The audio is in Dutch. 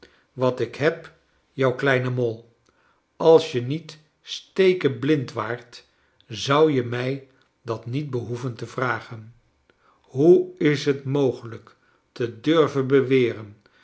wat ik heb jou kieine mol als je niet stekeblind waart zou je mij dat niet behoeven te vragen hoe is t mogelijk te durven beweren